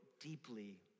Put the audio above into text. deeply